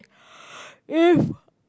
if